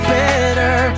better